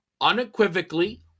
unequivocally